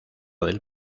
del